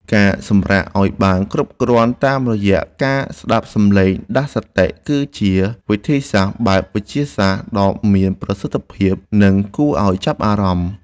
ការសម្រាកឱ្យបានគ្រប់គ្រាន់តាមរយៈការស្តាប់សំឡេងដាស់សតិគឺជាវិធីសាស្ត្របែបវិទ្យាសាស្ត្រដ៏មានប្រសិទ្ធភាព និង គួរឱ្យចាប់អារម្មណ៍។